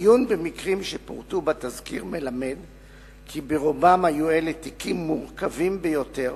עיון במקרים שפורטו בתזכיר מלמד כי ברובם היו אלה תיקים מורכבים ביותר,